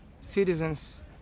citizens